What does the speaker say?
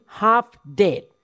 half-dead